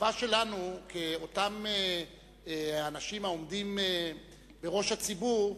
החובה שלנו, כאותם אנשים העומדים בראש הציבור,